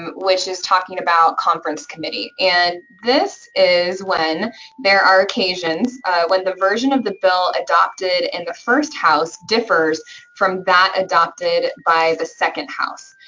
um which is talking about conference committee. and this is when there are occasions when the version of the bill adopted in the first house differs from that adopted by the second house,